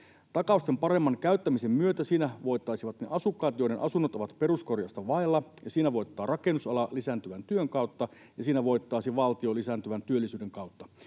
Takausten paremman käyttämisen myötä siinä voittaisivat ne asukkaat, joiden asunnot ovat peruskorjausta vailla. Siinä voittaisi rakennusala lisääntyvän työn kautta, ja siinä voittaisi valtio lisääntyvän työllisyyden kautta.